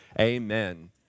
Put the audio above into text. amen